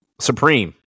Supreme